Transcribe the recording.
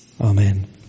Amen